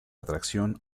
atracción